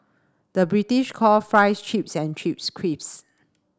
the British call fries chips and chips crisps